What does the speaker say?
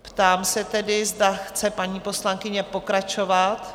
Ptám se tedy, zda chce paní poslankyně pokračovat?